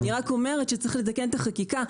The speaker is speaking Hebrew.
אני רק אומרת שצריך לתקן את החקיקה,